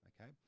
Okay